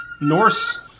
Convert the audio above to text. Norse